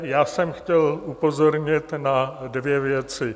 Já jsem chtěl upozornit na dvě věci.